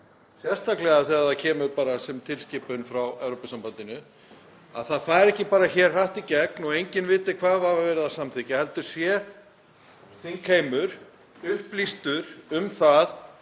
sérstaklega þegar það kemur bara sem tilskipun frá Evrópusambandinu, að það fari ekki bara hér hratt í gegn og enginn viti hvað var verið að samþykkja, heldur sé þingheimur upplýstur um það